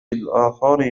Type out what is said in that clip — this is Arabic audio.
الآخر